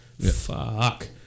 Fuck